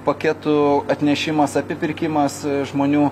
paketų atnešimas apipirkimas žmonių